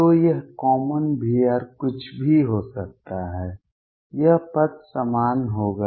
तो यह common V कुछ भी हो सकता है यह पद समान होगा